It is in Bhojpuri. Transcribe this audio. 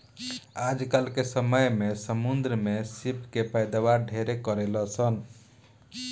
आजकल के समय में समुंद्र में सीप के पैदावार ढेरे करेलसन